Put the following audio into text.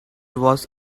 was